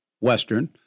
Western